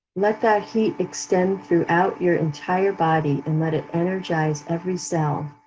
let that heat extend throughout your entire body and let it energize every cell.